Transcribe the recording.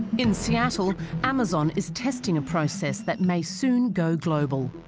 in seattle amazon is testing a process that may soon go global